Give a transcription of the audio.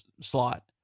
slot